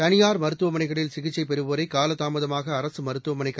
தனியார் மருத்துவமனைகளில் சிகிச்சை பெறுவோரை காலதாமதமாக அரசு மருத்துவமனைக்கு